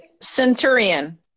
Centurion